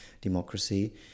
democracy